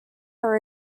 her